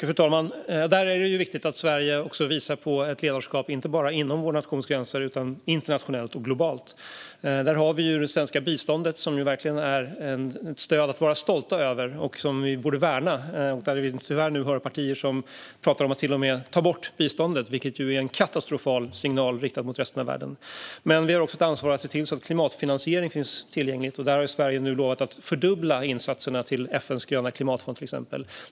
Fru talman! Det är viktigt att Sverige visar på ett ledarskap inte bara inom vår nations gränser utan också internationellt och globalt. Där har vi det svenska biståndet, som verkligen är ett stöd som vi kan vara stolta över och som vi borde värna. Vi har nu tyvärr partier som pratar om att till och med ta bort biståndet, vilket är en katastrofal signal riktad mot resten av världen. Vi har också ett ansvar att se till att klimatfinansiering finns tillgänglig. Där har Sverige nu lovat att till exempel fördubbla insatserna till FN:s gröna klimatfond.